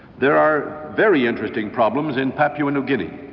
there are very interesting problems in papua new guinea,